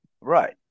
Right